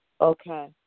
Okay